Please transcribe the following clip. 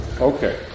Okay